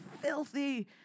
filthy